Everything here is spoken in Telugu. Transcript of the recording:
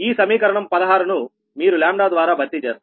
ఈ సమీకరణం 16 ను మీరు ద్వారా భర్తీ చేస్తారు